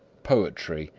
poetry,